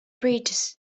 bridges